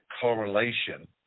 correlation